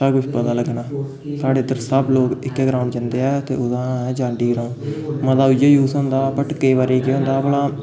सब कुछ पता लग्गना साढ़े इद्धर सब लोग इक्कै ग्राउंड जंदे ऐ ते ओह्दा नांऽ ऐ जांडी ग्राउंड मता उ'ऐ यूज होंदा बट केईं बारी केह् होंदा भला